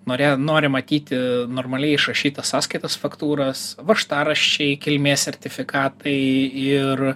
norėjo nori matyti normaliai išrašytas sąskaitas faktūros vaštaraščiai kilmės sertifikatai ir